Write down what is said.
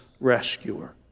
rescuer